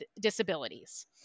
disabilities